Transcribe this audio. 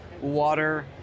water